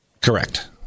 Correct